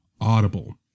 Audible